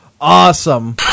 Awesome